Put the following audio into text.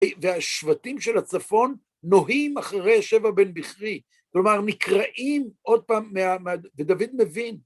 והשבטים של הצפון נוהים אחרי שבע בין בכרי. כלומר, נקרעים עוד פעם מה... ודוד מבין.